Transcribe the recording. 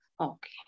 Okay